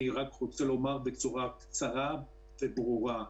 אני רוצה לומר בצורה קצרה וברורה: